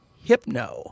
Hypno